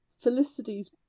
Felicity's